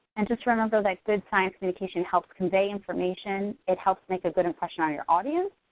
and just remember that good science communication helps convey information, it helps make a good impression on your audience.